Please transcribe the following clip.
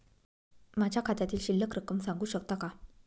माझ्या खात्यातील शिल्लक रक्कम सांगू शकता का?